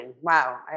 Wow